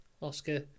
Oscar